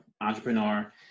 entrepreneur